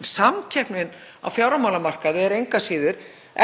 En samkeppni á fjármálamarkaði er engu að síður